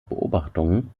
beobachtungen